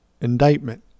indictment